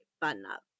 button-up